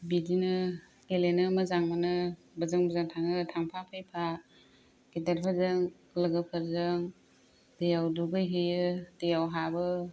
बिदिनो गेलेनो मोजां मोनो बोजों बोजों थाङो थांफा फैफा गेदेरफोरजों लोगोफोरजों दैयाव दुगै होयो दैयाव हाबो